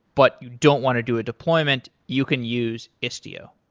but you don't want to do a deployment. you can use istio.